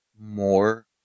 more